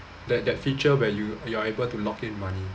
that that feature where you you are able to lock in money